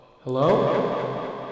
Hello